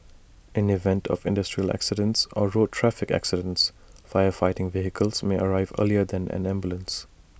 in event of industrial accidents or road traffic accidents fire fighting vehicles may arrive earlier than an ambulance